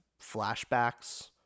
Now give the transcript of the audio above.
flashbacks